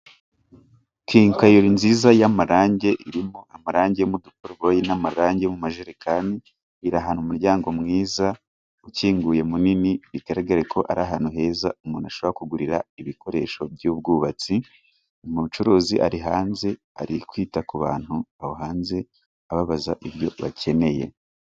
Inzu y'ubucuruzi nziza icuruza amarangi. Irimo amarangi yo mu dukoroboyi n'amarangi yo mu majerekani, iri ahantu umuryango mwiza ukinguye munini bigaragarako ari ahantu heza umuntu ashobora kugurira ibikoresho by'ubwubatsi ,umucuruzi ari hanze ari kwita ku bantu aho hanze ababaza ibyo bakeneye.